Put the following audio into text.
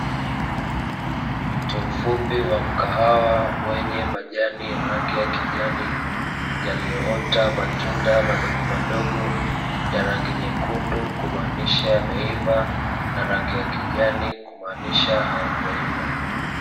Mti mfupi wa mkahawa wenye majani ya rangi ya kijani, yaliyoota matunda madogomadogo, ya rangi nyekundu kumaanisha yameiva na rangi ya kijani kumaanisha hayajaiva.